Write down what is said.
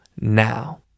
now